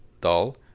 Dull